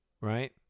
right